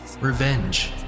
revenge